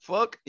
Fuck